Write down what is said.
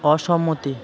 অসম্মতি